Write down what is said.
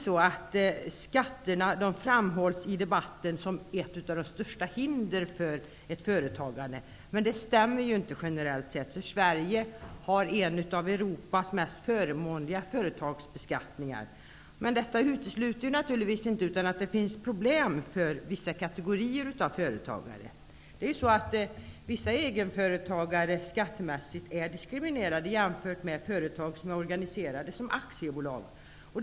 Skatterna framhålls alltid i debatten som ett av de största hindren för företagande, men det stämmer inte generellt sett. Sverige har en av Europas mest förmånliga företagsbeskattningar. Detta utesluter naturligtvis inte att det finns problem för vissa kategorier av företagare. Vissa egenföretagare är skattemässigt diskriminerade, jämfört med företag som är organiserade som aktiebolag.